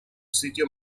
sitio